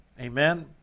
Amen